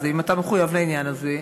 אם אתה מחויב לעניין הזה,